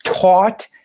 taught